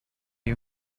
you